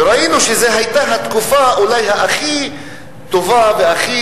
וראינו שזו היתה התקופה אולי הכי טובה והכי